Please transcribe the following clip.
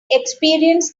experienced